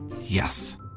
Yes